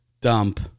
Dump